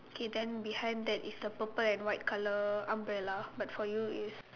K then behind that is the purple and white colour umbrella but for you is